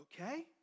Okay